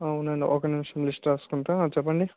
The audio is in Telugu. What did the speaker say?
అవునండి ఒక్క నిమిషం లిస్ట్ రాసుకుంటా చెప్పండి